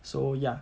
so ya